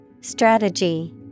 Strategy